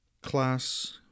class